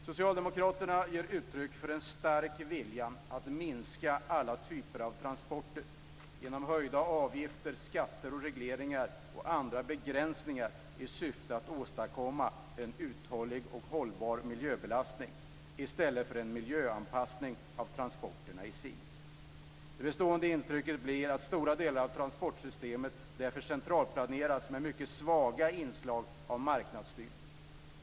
Socialdemokraterna ger uttryck för en stark vilja att minska alla typer av transporter genom höjda avgifter, skatter, regleringar och andra begränsningar i syfte att åstadkomma en uthållig och hållbar miljöbelastning, i stället för en miljöanpassning av transporterna i sig. Det bestående intrycket blir att stora delar av transportsystemet därför centralplaneras med mycket svaga inslag av marknadsstyrning.